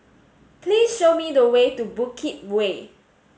please show me the way to Bukit Way